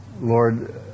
lord